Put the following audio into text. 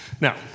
Now